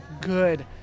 good